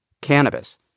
cannabis